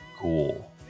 Cool